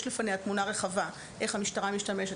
לפניה תמונה רחבה איך המשטרה משתמשת,